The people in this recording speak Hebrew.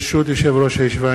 ברשות יושב-ראש הישיבה,